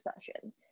session